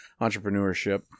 Entrepreneurship